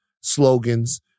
slogans